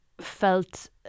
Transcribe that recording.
felt